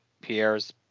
Pierre's